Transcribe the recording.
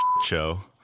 show